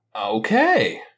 okay